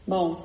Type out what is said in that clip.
Bom